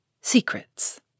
Secrets